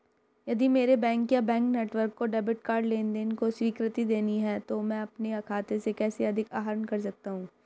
यदि मेरे बैंक या बैंक नेटवर्क को डेबिट कार्ड लेनदेन को स्वीकृति देनी है तो मैं अपने खाते से कैसे अधिक आहरण कर सकता हूँ?